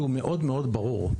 שהוא מאוד מאוד ברור,